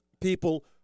people